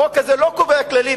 החוק הזה לא קובע כללים,